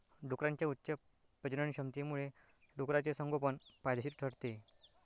डुकरांच्या उच्च प्रजननक्षमतेमुळे डुकराचे संगोपन फायदेशीर ठरते